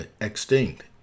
extinct